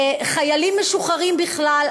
חיילים משוחררים בכלל,